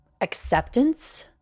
acceptance